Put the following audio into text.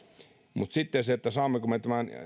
mutta sitten se saammeko me tämän